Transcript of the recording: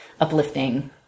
uplifting